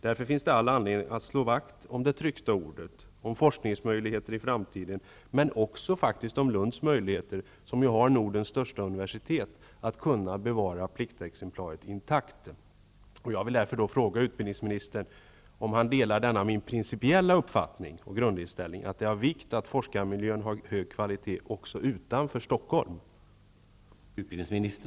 Det finns all anledning att slå vakt om det tryckta ordet och forskningsmöjligheter i framtiden men också om Lunds möjligheter att bevara pliktexemplaret intakt. Lund har ju Nordens största universitet. Jag vill fråga utbildningsministern om han delar denna min principiella uppfattning att det är av vikt att forskarmiljön har hög kvalitet också utanför